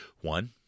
one